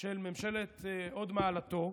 של ממשלת הוד מעלתו